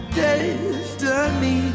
destiny